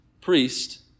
priest